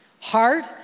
heart